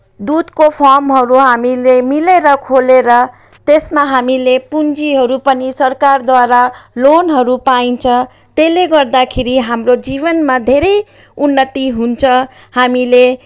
दुधको पर्महरू हामीले मिलेर खोलेर त्यसमा हामीले पुँजीहरू पनि सरकारद्वारा लोनहरू पाइन्छ त्यसले गर्दाखेरि हाम्रो जीवनमा धेरै उन्नति हुन्छ हामीले